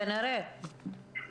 כנראה.